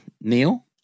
Neil